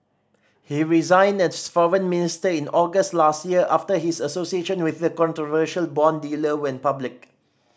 he resigned as foreign minister in August last year after his association with the controversial bond dealer went public